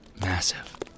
massive